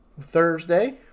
Thursday